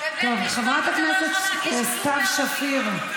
חברת הכנסת סתיו שפיר,